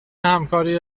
همکاری